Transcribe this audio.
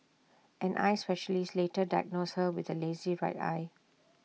an eye specialist later diagnosed her with A lazy right eye